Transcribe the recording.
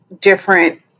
different